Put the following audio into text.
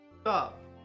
Stop